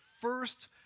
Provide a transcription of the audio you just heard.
first